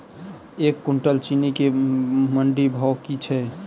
एक कुनटल चीनी केँ मंडी भाउ की छै?